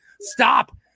Stop